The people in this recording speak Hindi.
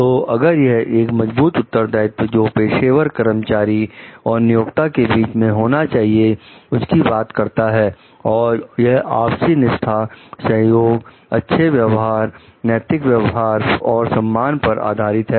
तो अगर यह एक मजबूत उत्तरदायित्व जो पेशेवर कर्मचारी और नियोक्ता के बीच में होना चाहिए उसकी बात करता है और यह आपसी निष्ठा सहयोग अच्छे व्यवहार नैतिक कार्यवाही और सम्मान पर आधारित है